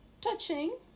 touching